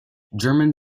german